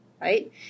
right